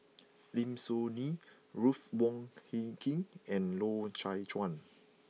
Lim Soo Ngee Ruth Wong Hie King and Loy Chye Chuan